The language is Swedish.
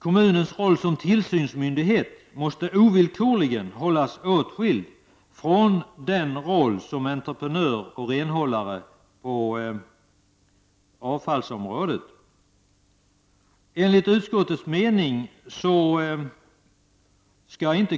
Kommunens roll som tillsynsmyndighet måste ovillkorligen hållas åtskild från dess roll som entreprenör och renhållare på avfallsområdet. Enligt vår mening skall inte